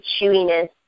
chewiness